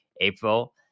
April